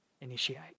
initiate